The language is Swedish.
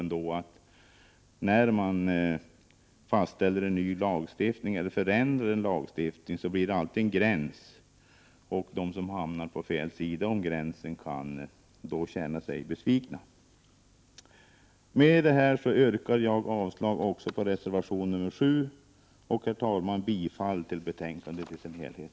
När man ändrar en lagstiftning blir det ju alltid en gräns, och de som hamnar på fel sida om gränsen kan då känna sig besvikna. Med detta yrkar jag avslag också på reservation nr 7 och bifall till utskottets hemställan i dess helhet.